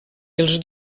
els